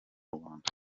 rwanda